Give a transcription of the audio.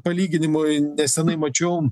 palyginimui nesenai mačiau